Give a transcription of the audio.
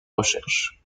recherche